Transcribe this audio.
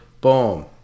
boom